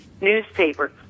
newspaper